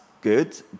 good